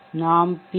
நாம் PV